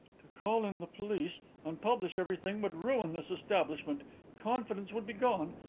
to call in the police and publish everything would ruin this establishment confidence would be gone.